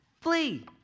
flee